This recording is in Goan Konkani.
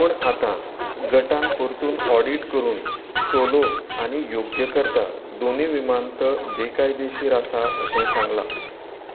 पूण आतां गटान परतून ऑडिट करून सोलो आनी योग्यकर्ता दोनूय विमानतळ बेकायदेशीर आसात अशें सांगला